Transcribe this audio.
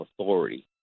authority